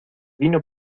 vino